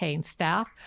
staff